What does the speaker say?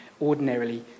ordinarily